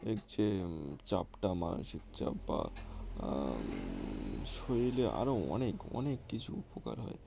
এর যে চাপটা মানসিক চাপ বা শরীরে আরও অনেক অনেক কিছু উপকার হয়